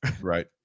right